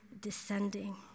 descending